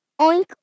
oink